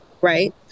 right